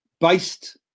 based